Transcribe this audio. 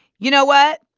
you know what?